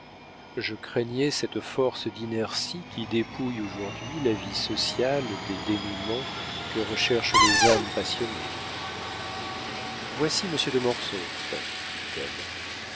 je craignais cette force d'inertie qui dépouille aujourd'hui la vie sociale des dénoûments que recherchent les âmes passionnées voici monsieur de mortsauf dit-elle